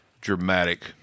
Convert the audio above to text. dramatic